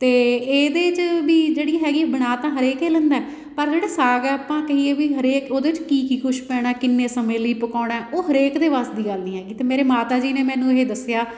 ਅਤੇ ਇਹਦੇ 'ਚ ਵੀ ਜਿਹੜੀ ਹੈਗੀ ਬਣਾ ਤਾਂ ਹਰੇਕ ਏ ਲੈਂਦਾ ਪਰ ਜਿਹੜਾ ਸਾਗ ਆਪਾਂ ਕਹੀਏ ਵੀ ਹਰੇਕ ਉਹਦੇ 'ਚ ਕੀ ਕੀ ਕੁਝ ਪੈਣਾ ਕਿੰਨੇ ਸਮੇਂ ਲਈ ਪਕਾਉਣਾ ਉਹ ਹਰੇਕ ਦੇ ਵੱਸ ਦੀ ਗੱਲ ਨਹੀਂ ਹੈਗੀ ਅਤੇ ਮੇਰੇ ਮਾਤਾ ਜੀ ਨੇ ਮੈਨੂੰ ਇਹ ਦੱਸਿਆ